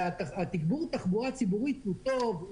ותגבור התחבורה הציבורית הוא טוב,